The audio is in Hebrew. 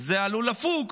זה עלול לפוג